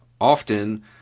often